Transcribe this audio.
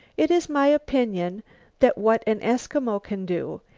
it is my opinion that what an eskimo can do,